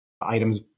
items